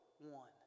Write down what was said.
one